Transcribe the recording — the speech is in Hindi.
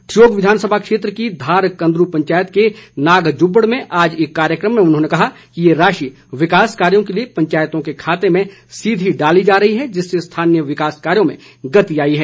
ठियोग विधानसभा क्षेत्र की धारकंदरू पंचायत के नागजुबड़ में आज एक कार्यक्रम में उन्होंने कहा कि ये राशि विकास कार्यो के लिए पंचायतों के खाते में सीधी डाली जा रही है जिससे स्थानीय विकास कार्यों में गति आई हैं